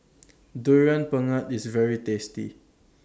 Durian Pengat IS very tasty